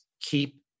keep